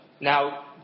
now